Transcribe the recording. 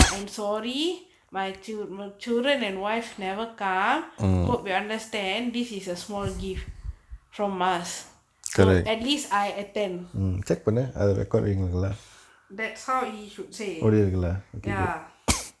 I'm sorry my chil~ children and wife never come hope you are understand this is a small gift from us so at least I attend that's how he should say ya